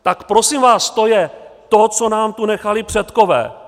Tak prosím vás, to je to, co nám tu nechali předkové.